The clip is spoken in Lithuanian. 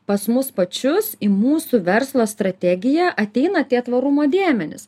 pas mus pačius į mūsų verslo strategiją ateina tie tvarumo dėmenys